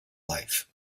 life